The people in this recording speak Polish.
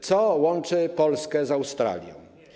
Co łączy Polskę z Australią?